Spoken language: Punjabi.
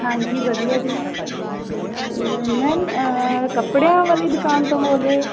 ਹਾਂਜੀ ਵਧੀਆ ਜੀ ਮੈਮ ਕੱਪੜਿਆਂ ਵਾਲੀ ਦੁਕਾਨ ਤੋਂ ਬੋਲ ਰਹੇ